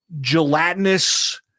gelatinous